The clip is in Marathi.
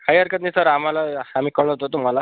काही हरकत नाही सर आम्हाला हमी कळवतो तुम्हाला